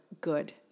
good